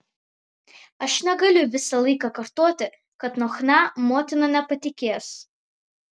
aš negaliu visą laiką kartoti kad nuo chna motina nepatikės